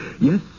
Yes